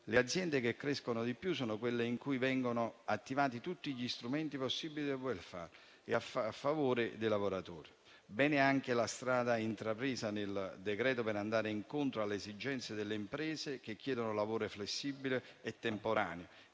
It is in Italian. Le aziende che crescono di più sono quelle in cui vengono attivati tutti gli strumenti possibili del *welfare* a favore dei lavoratori. Bene anche la strada intrapresa nel decreto-legge per andare incontro alle esigenze delle imprese che chiedono lavoro flessibile e temporaneo